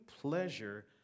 pleasure